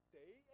day